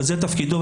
וזה תפקידו,